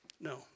No